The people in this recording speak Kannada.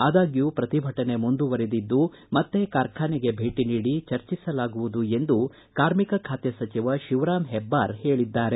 ಅದಾಗ್ಯೂ ಪ್ರತಿಭಟನೆ ಮುಂದುವರಿದಿದ್ದು ಮತ್ತೆ ಕಾರ್ಖಾನೆಗೆ ಭೇಟಿ ನೀಡಿ ಚರ್ಚಿಸಲಾಗುವುದು ಎಂದು ಕಾರ್ಮಿಕ ಖಾತೆ ಸಚಿವ ಶಿವರಾಮ್ ಹೆಬ್ಬಾರ್ ಹೇಳಿದ್ದಾರೆ